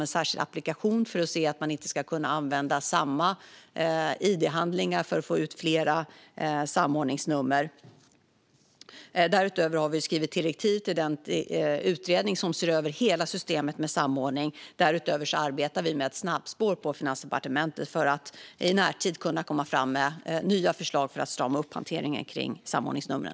En särskild applikation har tagits fram för att se till att man inte ska kunna använda samma id-handling för att få ut flera samordningsnummer. Därutöver har vi skrivit direktiv till den utredning som ser över hela systemet med samordning. På Finansdepartementet arbetar vi också med ett snabbspår för att i närtid kunna komma fram med nya förslag för att strama upp hanteringen kring samordningsnumren.